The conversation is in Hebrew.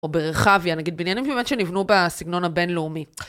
או ברחביה, נגיד בניינים שבאמת שנבנו בסגנון הבינלאומי.